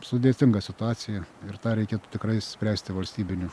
sudėtinga situacija ir tą reikėtų tikrai spręsti valstybiniu